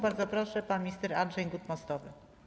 Bardzo proszę, pan minister Andrzej Gut-Mostowy.